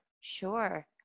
sure